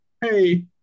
Hey